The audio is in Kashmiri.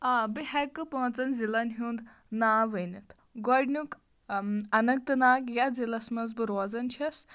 آ بہٕ ہٮ۪کہٕ پانٛژَن ضلعن ہُنٛد ناو ؤنِتھ گۄڈٕنیُک انٛنت ناگ یَتھ ضلعس منٛز بہٕ روزان چھَس